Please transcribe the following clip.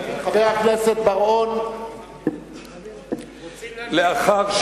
אני אעשה לך כן בראש.